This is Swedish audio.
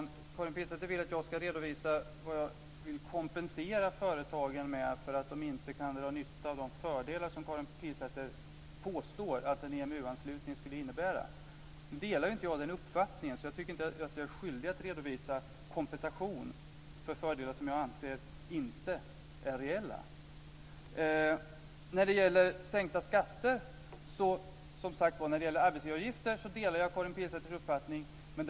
Herr talman! Karin Pilsäter vill att jag ska redovisa vad jag vill kompensera företagen med för att de inte kan dra nytta av de fördelar som hon påstår att en EMU-anslutning skulle innebära. Jag delar inte den uppfattningen, så jag tycker inte att jag är skyldig att redovisa kompensation för fördelar som jag inte anser är reella. När det gäller sänkta skatter så delar jag Karin Pilsäters uppfattning om arbetsgivaravgiften.